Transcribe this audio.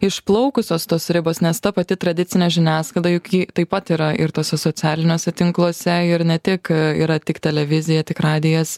išplaukusios tos ribos nes ta pati tradicinė žiniasklaida juk ji taip pat yra ir tuose socialiniuose tinkluose ir ne tik yra tik televizija tik radijas